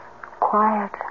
quiet